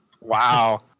Wow